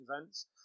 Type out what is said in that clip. events